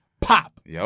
pop